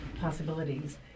possibilities